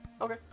Okay